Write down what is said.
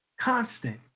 constant